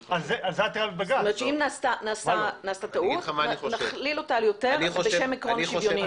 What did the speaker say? כלומר אם נעשתה טעות - נכליל אותה על יותר בשם עקרון השוויוניות.